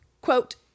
Quote